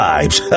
Vibes